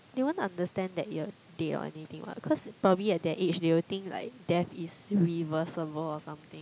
they won't understand that you're dead or anything what cause probably at their age they will think like death is reversible or something